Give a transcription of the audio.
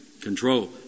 control